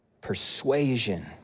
persuasion